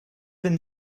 been